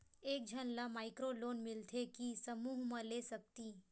एक झन ला माइक्रो लोन मिलथे कि समूह मा ले सकती?